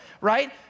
right